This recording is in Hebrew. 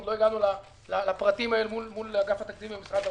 עוד לא הגענו לפרטים אל מול אגף התקציבים במשרד האוצר.